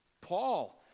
Paul